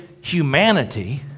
humanity